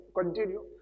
continue